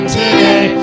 today